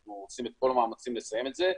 אנחנו עושים את כל המאמצים לסיים את זה.